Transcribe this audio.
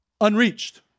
Unreached